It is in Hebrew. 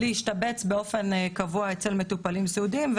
להשתבץ באופן קבוע אצל מטופלים סיעודיים,